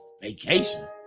vacation